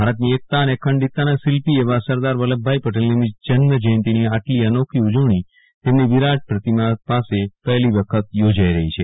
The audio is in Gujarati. ભારતની એકતા અને અખંડિતતાના શિલ્પી એવા સરદાર વલ્લભભાઈ પટેલની જન્મ જયંતીની આટલી અનોખી ઉજવણી તેમની વિરાટ પ્રતિમાં પાસે પહેલી વખત યોજાઈ રહી છે